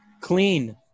Clean